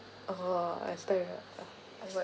(uh huh) I start with uh uh what